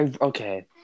Okay